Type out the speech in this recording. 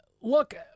look